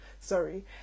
Sorry